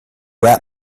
rap